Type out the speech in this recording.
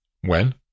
When